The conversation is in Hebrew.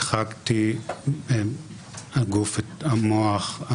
הדחקתי את הגוף, את המוח.